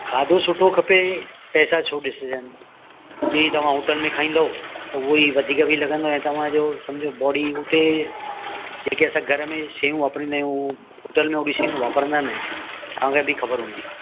खाधो सुठो खपे पैसा छो ॾिसजनि ई तव्हां होटल में खाईंदो त उहा ई वधीक बि लॻंदो ऐं तव्हांजो समुझो बॉडी हुते जेके असां घर में शयूं वापरींदा आहियूं होटल में होड़ी शयूं वापरींदा न आहिनि तव्हांखे बि ख़बर हूंदी